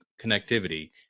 connectivity